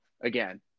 again